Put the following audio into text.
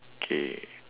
okay